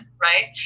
right